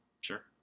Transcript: Sure